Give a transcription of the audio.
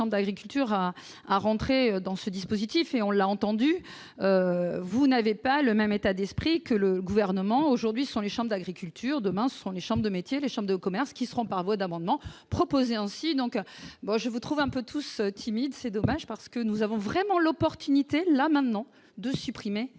d'agriculture à rentrer dans ce dispositif, et on l'a entendu, vous n'allez pas le même état d'esprit que le gouvernement aujourd'hui sont les chambres d'agriculture, demain, ce sont les chambres de métiers, les chambres de commerce qui seront par voie d'amendements proposés ainsi donc moi je vous trouve un peu tous timide, c'est dommage, parce que nous avons vraiment l'opportunité là maintenant de supprimer